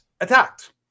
attacked